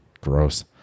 gross